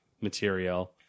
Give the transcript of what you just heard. material